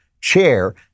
chair